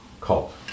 cult